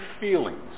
feelings